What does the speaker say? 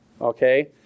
Okay